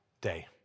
day